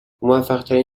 موفقترین